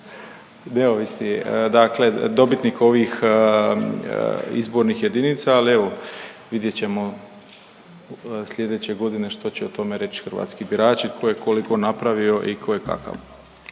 neovisni, dakle dobitnik ovih izbornih jedinica, ali evo vidjet ćemo slijedeće godine što će o tome reći hrvatski birači tko je koliko napravio i ko je kakav.